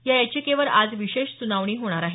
या याचिकेवर आज विशेष सुनावणी होणार आहे